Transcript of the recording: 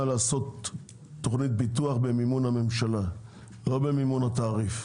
לעשות תכנית פיתוח במימון הממשלה; לא במימון התעריף.